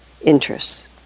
interests